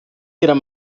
ihrer